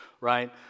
right